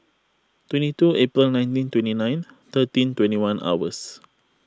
twenty two April nineteen twenty nine thirteen twenty one hours